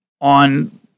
on